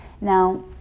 Now